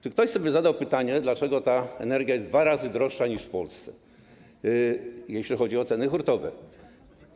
Czy ktoś sobie zadał pytanie, dlaczego ta energia jest dwa razy droższa niż w Polsce, jeśli chodzi o ceny hurtowe?